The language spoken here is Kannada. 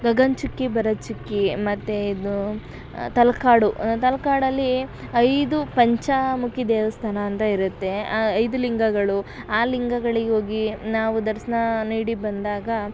ಗಗನ ಚುಕ್ಕಿ ಭರಚುಕ್ಕಿ ಮತ್ತು ಇದು ತಲಕಾಡು ತಲಕಾಡಲ್ಲಿ ಐದು ಪಂಚಮುಖಿ ದೇವಸ್ಥಾನ ಅಂತ ಇರುತ್ತೆ ಆ ಐದು ಲಿಂಗಗಳು ಆ ಲಿಂಗಗಳಿಗೆ ಹೋಗಿ ನಾವು ದರ್ಶನ ನೀಡಿ ಬಂದಾಗ